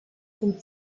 zum